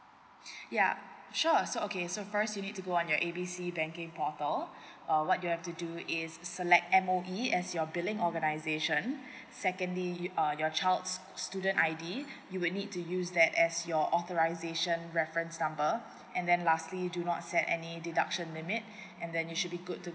yup sure so okay so first you need to go on your A B C banking portal uh what you have to do is select M_O_E as your billing organisation secondly uh your child's student I_D you will need to use that as your authorisation reference number and then lastly do not set any deduction limit and then you should be good to